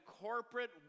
corporate